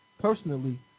personally